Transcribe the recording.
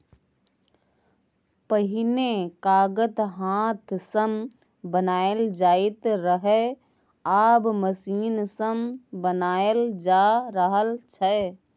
पहिने कागत हाथ सँ बनाएल जाइत रहय आब मशीन सँ बनाएल जा रहल छै